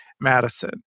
Madison